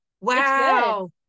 Wow